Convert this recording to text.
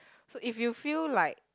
so if you feel like